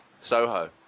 Soho